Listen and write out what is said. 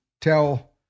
tell